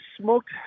smoked